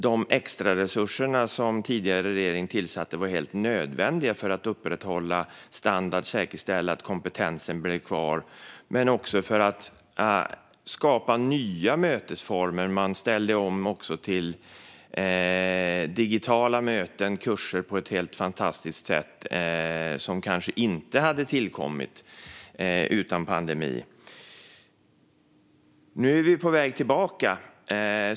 De extra resurser som den tidigare regeringen tillsatte var helt nödvändiga för att upprätthålla standarden och säkerställa att kompetensen blev kvar men också för att skapa nya mötesformer. Man ställer om till digitala möten och kurser på ett helt fantastiskt sätt som kanske inte hade tillkommit utan pandemin. Nu är vi på väg tillbaka.